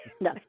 No